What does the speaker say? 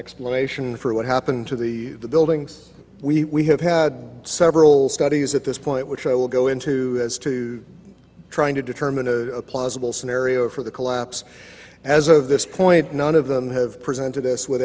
explanation for what happened to the buildings we have had several studies at this point which i will go into as to trying to determine a plausible scenario for the collapse as of this point none of them have